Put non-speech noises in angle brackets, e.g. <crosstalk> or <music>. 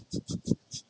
<laughs>